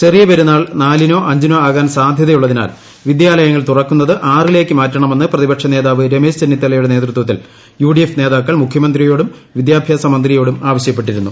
ചെറിയ പെരുന്നാൾ നാലിനോ അഞ്ചിനോ ആകാൻ സാധൃതയുള്ളതിനാൽ വിദ്യാലയങ്ങൾ തുറക്കുന്നത് ആറിലേക്ക് മാറ്റണമെന്ന് പ്രതിപക്ഷ നേതാവ് രമേശ് ചെന്നിത്തലയുടെ നേതൃത്വത്തിൽ യു ഡി എഫ് നേതാക്കൾ മുഖ്യമന്ത്രിയോടും വിദ്യാഭ്യാസ മന്ത്രിയോടും ആവശ്യപ്പെട്ടിരുന്നു